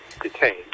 detained